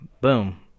boom